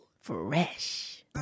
Fresh